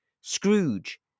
Scrooge